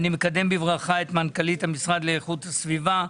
אני מקדם בברכה את מנכ"לית המשרד לאיכות הסביבה,